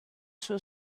suo